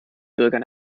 bürgern